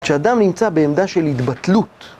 כשאדם נמצא בעמדה של התבטלות